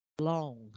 long